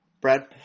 Brad